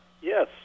Yes